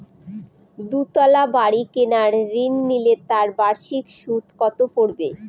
দুতলা বাড়ী কেনার ঋণ নিলে তার বার্ষিক সুদ কত পড়বে?